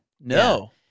No